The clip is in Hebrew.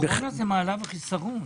קורונה זו מעלה וחסרון.